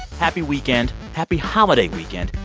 happy weekend. happy holiday weekend.